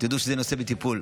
תדעו שזה נושא בטיפול.